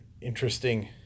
interesting